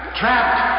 trapped